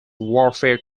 warfare